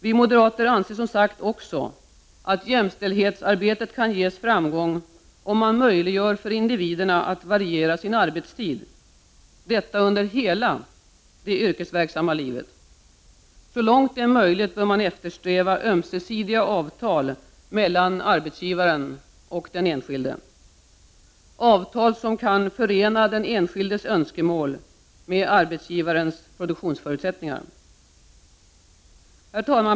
Vi moderater anser emellertid som sagt även att jämställdhetsarbetet kan ges framgång om man möjliggör för individerna att variera sin arbetstid under hela det yrkesverksamma livet. Så långt det är möjligt bör man eftersträva ömsesidiga avtal mellan arbetsgivaren och den enskilde. Avtalen skall förena den enskildes önskemål med arbetsgivarens produktionsförutsättningar.